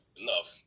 enough